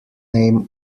name